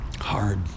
hard